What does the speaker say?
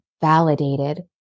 validated